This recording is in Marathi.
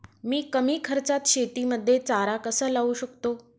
मी कमी खर्चात शेतीमध्ये चारा कसा लावू शकतो?